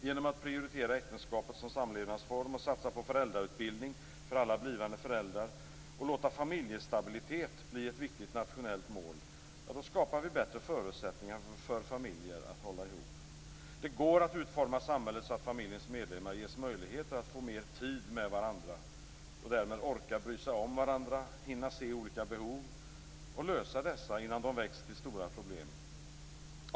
Genom att prioritera äktenskapet som samlevnadsform och satsa på föräldrautbildning för alla blivande föräldrar och låta familjestabilitet bli ett viktigt nationellt mål skapar vi bättre förutsättningar för familjer att hålla ihop. Det går att utforma samhället så att familjens medlemmar får mer tid med varandra och därmed orkar bry sig om varandra, hinner se olika behov och lösa problemen innan de växt och blivit för stora.